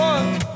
One